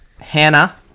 Hannah